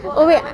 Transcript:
oh wait